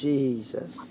Jesus